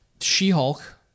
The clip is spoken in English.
She-Hulk